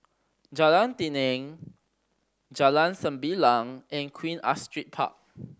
Jalan Tenang Jalan Sembilang and Queen Astrid Park